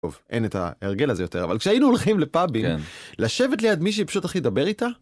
אין את ההרגל הזה יותר, אבל כשהיינו הולכים לפאבים לשבת ליד מישהי פשוט להתחיל לדבר איתה.